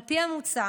על פי המוצע,